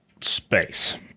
space